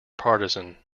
partisan